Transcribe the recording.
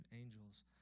angels